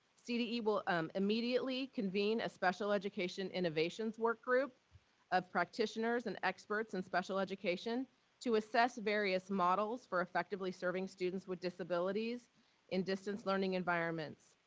cde will um immediately convene a special education innovations work group of practitioners and experts in special education to assess various models for effectively serving students with disabilities in distance learning environments.